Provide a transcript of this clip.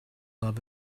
love